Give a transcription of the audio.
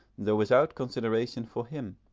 though without consideration for him,